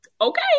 okay